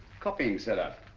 copying set up.